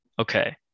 okay